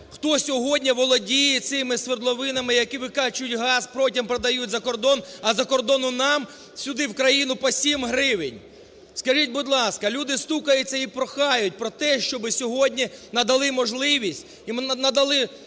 хто сьогодні володіє цими свердловинами, які викачують газ, потім продають за кордон, а закордону нам сюди в країну по 7 гривень. Скажіть, будь ласка, люди стукаються і прохають про те, щоб сьогодні надали можливість,